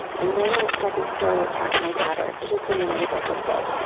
and no one at second story attacked my daughter, kids in the neighborhood did.